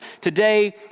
today